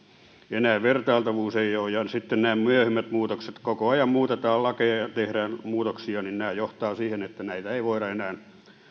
enää vertailtavuutta ei ole ja sitten ovat ne myöhemmät muutokset koko ajan muutetaan lakeja ja tehdään muutoksia ja ne johtavat siihen että näitä ei voida enää